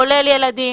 כולל ילדים,